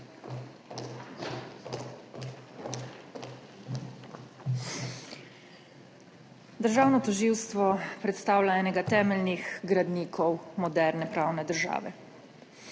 Državno tožilstvo predstavlja enega temeljnih gradnikov moderne pravne države.